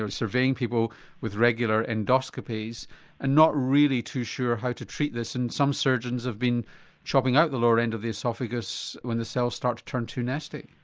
ah surveying people with regular endoscopies and not really too sure how to treat this and some surgeons have been chopping out the lower end of the oesophagus when the cells start to turn too nasty.